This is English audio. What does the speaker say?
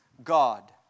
God